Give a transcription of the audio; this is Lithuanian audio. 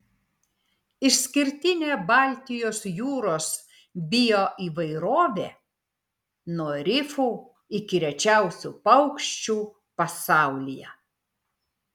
išskirtinė baltijos jūros bioįvairovė nuo rifų iki rečiausių paukščių pasaulyje